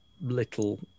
little